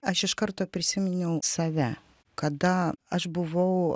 aš iš karto prisiminiau save kada aš buvau